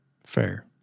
Fair